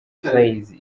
praise